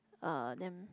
uh them